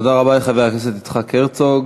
תודה רבה לחבר הכנסת יצחק הרצוג.